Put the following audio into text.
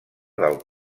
del